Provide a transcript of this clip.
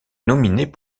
nominés